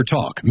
Talk